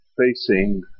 facing